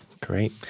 great